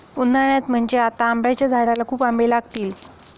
उन्हाळ्यात म्हणजे आता आंब्याच्या झाडाला खूप आंबे लागतील